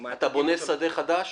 אתה בונה שדה חדש?